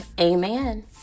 amen